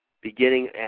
beginning